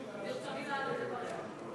ברצוני לעלות לברך.